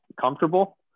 comfortable